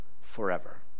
forever